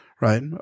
right